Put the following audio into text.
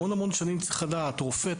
המון שנים צריך לדעת: רופא,